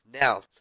Now